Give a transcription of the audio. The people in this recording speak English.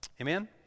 Amen